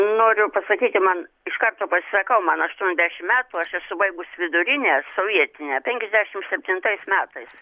noriu pasakyti man iš karto pasisakau man aštuoniasdešim metų aš esu baigus vidurinę sovietinę penkiasdešim septintais metais